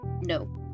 No